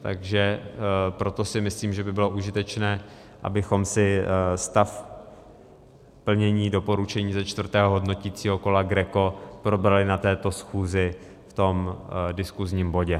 Takže proto si myslím, že by bylo užitečné, abychom si stav plnění doporučení ze čtvrtého hodnoticího kola GRECO probrali na této schůzi v tom diskusním bodě.